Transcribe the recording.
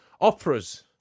operas